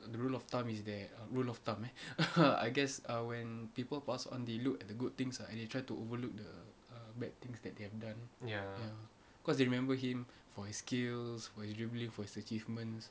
the rule of thumb is there a rule of thumb eh I guess ah when people pass on they look at the good things ah and they try to overlook the uh bad things that they've done ya cause they remember him for his skills for his jubilee for his achievements